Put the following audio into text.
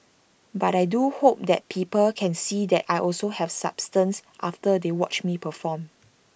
but I do hope that people can see that I also have substance after they watch me perform